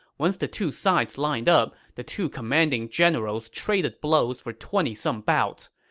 once the two sides lined up, the two commanding generals traded blows for twenty some bouts.